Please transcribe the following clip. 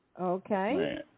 Okay